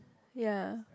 ya